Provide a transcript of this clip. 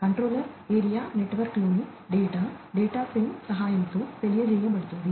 controller area నెట్వర్క్లోని data data frame సహాయంతో తెలియజేయబడుతుంది